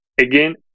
again